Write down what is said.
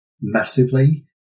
massively